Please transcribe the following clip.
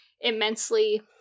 immensely